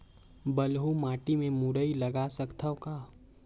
बलुही माटी मे मुरई लगा सकथव का?